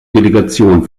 delegation